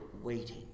waiting